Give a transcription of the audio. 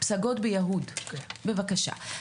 בפסגות ביהוד, בבקשה.